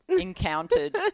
Encountered